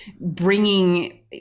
bringing